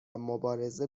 مبارزه